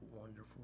wonderful